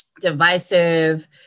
divisive